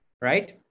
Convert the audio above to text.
right